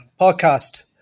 podcast